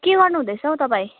के गर्नुहुँदैछ हौ तपाईँ